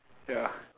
ya